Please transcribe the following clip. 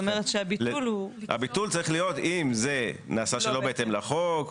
הביטול צריך להיות אם זה נעשה שלא בהתאם לחוק.